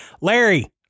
Larry